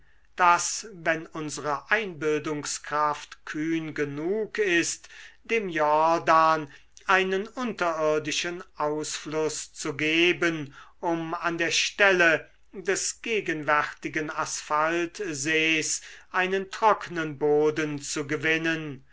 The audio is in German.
das wenn unsere einbildungskraft kühn genug ist dem jordan einen unterirdischen ausfluß zu geben um an der stelle des gegenwärtigen asphaltsees einen trocknen boden zu gewinnen